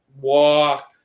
walk